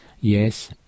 Yes